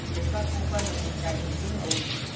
ꯂꯩꯄꯥꯛꯄꯣꯛꯄ ꯅꯨꯃꯤꯠꯇ ꯅꯤꯡꯖꯤꯡꯑꯧ